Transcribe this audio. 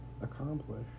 accomplish